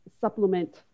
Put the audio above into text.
supplement